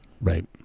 Right